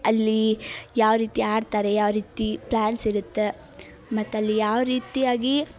ಅಲ್ಲಿ ಯಾವ ರೀತಿ ಆಡ್ತಾರೆ ಯಾವ ರೀತಿ ಪ್ಲ್ಯಾನ್ಸ್ ಇರತ್ತೆ ಮತ್ತು ಅಲ್ಲಿ ಯಾವ ರೀತಿಯಾಗಿ